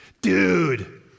Dude